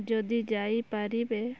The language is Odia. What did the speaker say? ଯଦି ଯାଇ ପାରିବେ